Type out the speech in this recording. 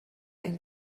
ein